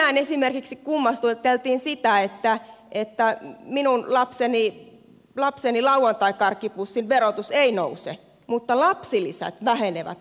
tänään esimerkiksi kummasteltiin sitä että minun lapseni lauantaikarkkipussin verotus ei nouse mutta lapsilisät vähenevät rajusti